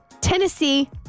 Tennessee